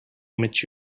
mature